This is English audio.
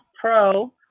pro